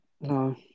No